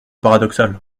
paradoxal